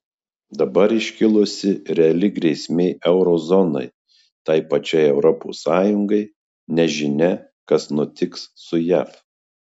dabar iškilusi reali grėsmė euro zonai tai pačiai europos sąjungai nežinia kas nutiks su jav